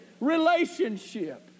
relationship